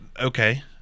okay